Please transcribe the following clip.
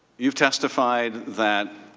you've testified that